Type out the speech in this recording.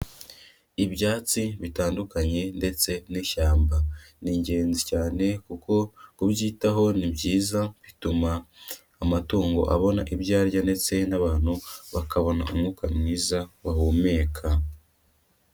Ibyatsi bitandukanye ndetse n'ishyamba, ni ingenzi cyane kuko kubyitaho ni byiza, bituma amatungo abona ibyo arya ndetse n'abantu bakabona umwuka mwiza bahumeka.